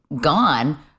gone